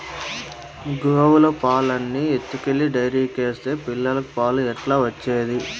గోవుల పాలన్నీ ఎత్తుకెళ్లి డైరీకేస్తే పిల్లలకి పాలు ఎట్లా వచ్చేది